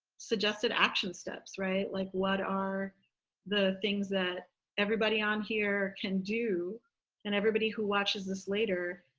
suggested action steps right. like, what are the things that everybody on here can do and everybody who watches this later,